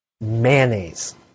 mayonnaise